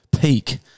peak